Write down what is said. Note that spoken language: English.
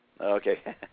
Okay